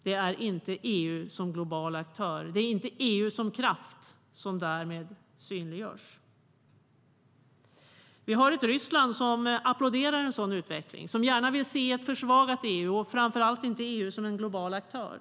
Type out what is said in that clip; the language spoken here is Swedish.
Det är inte EU som global aktör, inte EU som kraft, som därmed synliggörs. Vi har ett Ryssland som applåderar en sådan utveckling och gärna vill se ett försvagat EU - man vill framför allt inte se EU som en global aktör.